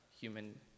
human